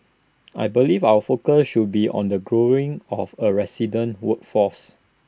I believe our focus should be on the growing of A resident workforce